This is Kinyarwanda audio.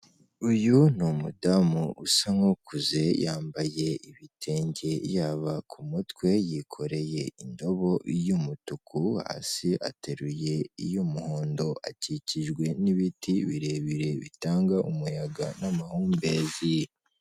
Uyu ni umudamu usa nk'ukuze yambaye ibitenge yaba ku mutwe, yikoreye indobo y'umutuku hasi ateruye iy'umuhondo akikijwe n'ibiti birebire bitanga umuyaga n'amahumbezi.